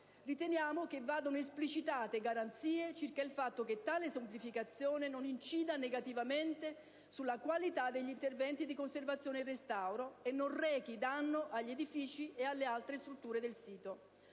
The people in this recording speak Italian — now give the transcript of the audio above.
Riteniamo che vadano esplicitate garanzie circa il fatto che tale semplificazione non incida negativamente sulla qualità degli interventi di conservazione e restauro e non rechi danno agli edifici e alle altre strutture del sito.